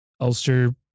Ulster